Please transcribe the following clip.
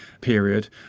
period